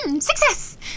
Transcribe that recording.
Success